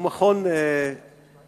הוא מכון ציבורי,